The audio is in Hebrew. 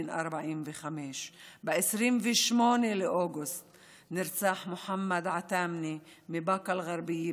בן 45. ב-28 באוגוסט נרצח מוחמד עתאמנה מבאקה אל-גרבייה,